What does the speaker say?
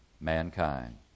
mankind